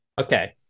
Okay